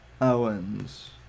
Owens